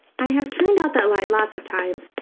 i have turned out that light lots of times,